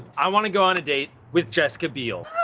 i wanna go on a date with jessical biel.